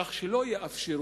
כך שלא תתאפשר